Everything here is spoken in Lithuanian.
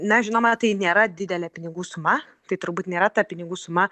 na žinoma tai nėra didelė pinigų suma tai turbūt nėra ta pinigų suma